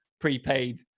prepaid